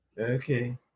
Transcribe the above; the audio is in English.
Okay